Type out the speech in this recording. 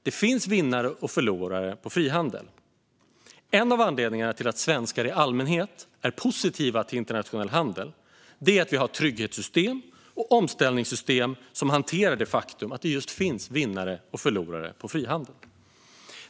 Det finns vinnare och förlorare på frihandel. En av anledningarna till att svenskar i allmänhet är positiva till internationell handel är att vi har trygghetssystem och omställningssystem som hanterar det faktum att det just finns vinnare och förlorare på frihandel.